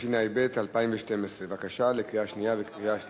התשע"ב 2012. בבקשה, קריאה שנייה וקריאה שלישית.